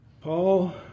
Paul